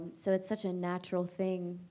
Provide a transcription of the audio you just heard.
so it's such a natural thing